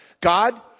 God